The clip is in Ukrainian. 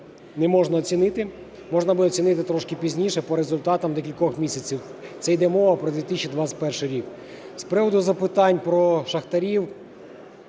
не можна оцінити. Можна буде оцінити трошки пізніше по результатах декількох місяців. Це йде мова про 2021 рік. З приводу запитань про шахтарів.